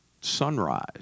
sunrise